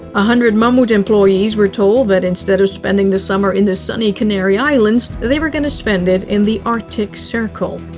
a hundred mammoet employees were told that instead of spending the summer in the sunny canary islands, they were going to spend it in the arctic circle.